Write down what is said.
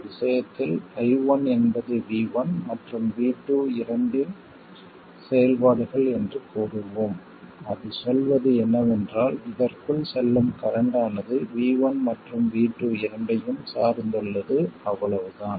இந்த விஷயத்தில் I1 என்பது V1 மற்றும் V2 இரண்டின் சில செயல்பாடுகள் என்று கூறுவோம் அது சொல்வது என்னவென்றால் இதற்குள் செல்லும் கரண்ட் ஆனது V1 மற்றும் V2 இரண்டையும் சார்ந்துள்ளது அவ்வளவுதான்